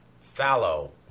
fallow